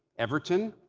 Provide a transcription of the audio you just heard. everton,